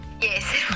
Yes